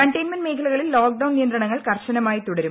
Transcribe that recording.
containment മേഖലകളിൽ lockdown നിയന്ത്രണങ്ങൾ കർശനമായി തുടരും